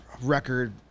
record